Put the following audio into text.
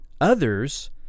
Others